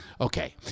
Okay